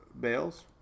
Bales